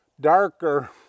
darker